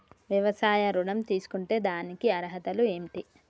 వ్యవసాయ ఋణం తీసుకుంటే దానికి అర్హతలు ఏంటి?